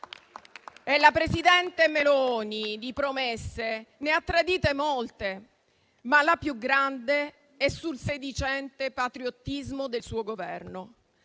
La presidente Meloni di promesse ne ha tradite molte, ma la più grande è sul sedicente patriottismo del suo Governo.